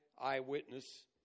eyewitness